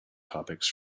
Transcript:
topics